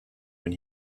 when